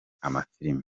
amafilimi